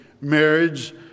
marriage